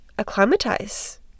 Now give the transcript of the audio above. acclimatize